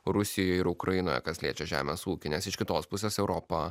rusijoj ukrainoje kas liečia žemės ūkį nes iš kitos pusės europa